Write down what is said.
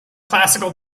classical